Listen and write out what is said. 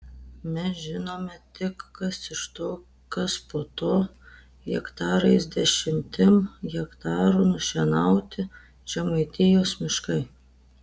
mes žinome tik kas iš to kas po to hektarais dešimtim hektarų nušienauti žemaitijos miškai